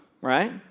right